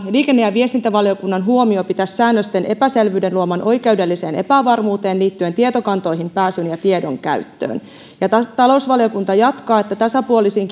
liikenne ja viestintävaliokunnan huomiota säännösten epäselvyyden luomaan oikeudelliseen epävarmuuteen liittyen tietokantoihin pääsyyn ja tiedon käyttöön talousvaliokunta jatkaa että tasapuolisiin